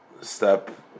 step